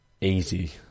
easy